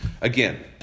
Again